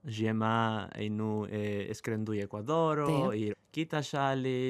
žiemą einu ė skrendu į ekvadoro ir kitą šalį